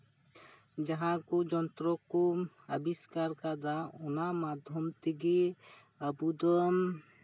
ᱡᱟᱦᱟᱸ ᱠᱚ ᱡᱚᱱᱛᱨᱚ ᱠᱚ ᱟᱵᱤᱥᱠᱟᱨ ᱟᱠᱟᱫᱟ ᱚᱱᱟ ᱢᱟᱫᱽᱫᱷᱚᱢ ᱛᱮᱜᱮ ᱟᱵᱚ ᱫᱚ